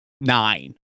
nine